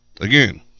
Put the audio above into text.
Again